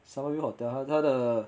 summer view hotel 他他的